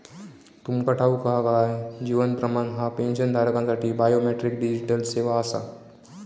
तुमका ठाऊक हा काय? जीवन प्रमाण ही पेन्शनधारकांसाठी बायोमेट्रिक डिजिटल सेवा आसा